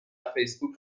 فیسبوک